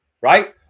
right